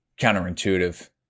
counterintuitive